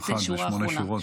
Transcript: זה שמונה שורות כבר.